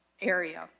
area